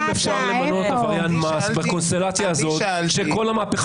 האם אפשר למנות עבריין מס בקונסטלציה הזאת שכל המהפכה